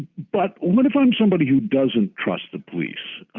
but what if i'm somebody who doesn't trust the police?